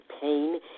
pain